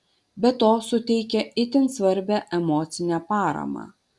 be to suteikia itin svarbią emocinę paramą